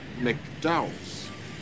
McDowell's